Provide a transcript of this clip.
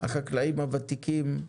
החקלאים הוותיקים,